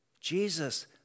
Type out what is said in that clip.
Jesus